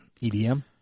EDM